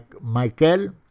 Michael